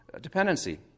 dependency